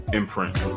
imprint